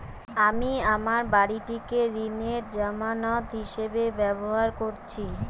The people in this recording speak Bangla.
আমি আমার বাড়িটিকে ঋণের জামানত হিসাবে ব্যবহার করেছি